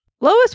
lois